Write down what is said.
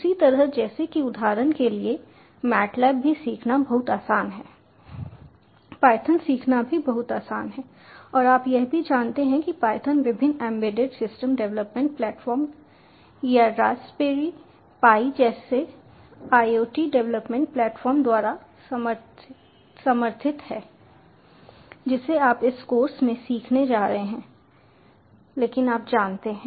उसी तरह जैसे कि उदाहरण के लिए matlab भी सीखना बहुत आसान है पायथन सीखना भी बहुत आसान है और आप यह भी जानते हैं कि पायथन विभिन्न एम्बेडेड सिस्टम डेवलपमेंट प्लेटफ़ॉर्म या रास्पबेरी पाई जैसे IoT डेवलपमेंट प्लेटफ़ॉर्म द्वारा समर्थित है जिसे आप इस कोर्स में सीखने जा रहे हैं लेकिन आप जानते हैं